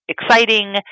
exciting